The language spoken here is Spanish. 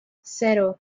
cero